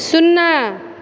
शुन्ना